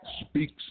speaks